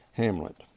hamlet